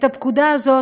את הפקודה הזאת,